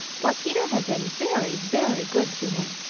for peter had been very, very good to him.